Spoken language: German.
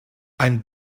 ein